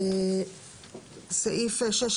סעיף 16